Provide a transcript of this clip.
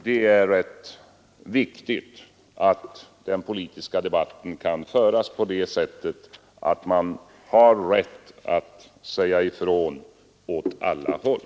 Det är viktigt att den politiska debatten kan föras på sådant sätt att man har rätt att säga ifrån åt alla håll.